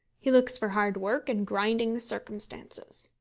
he looks for hard work and grinding circumstances.